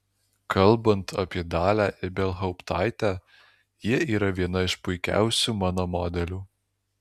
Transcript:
kalbant apie dalią ibelhauptaitę ji yra viena iš puikiausių mano modelių